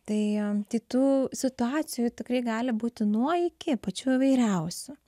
tai tai tų situacijų tikrai gali būti nuo iki pačių įvairiausių